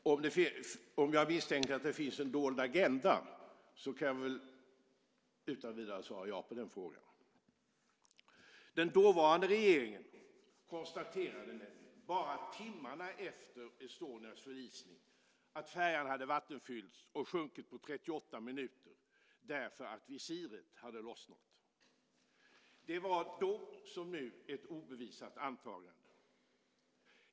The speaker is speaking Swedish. Herr talman! Om jag misstänker att det finns en dold agenda? Jag kan utan vidare svara ja på den frågan. Den dåvarande regeringen konstaterade nämligen, bara timmarna efter Estonias förlisning, att färjan hade vattenfyllts och sjunkit på 38 minuter därför att visiret hade lossnat. Det var då som nu ett obevisat antagande.